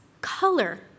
color